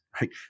right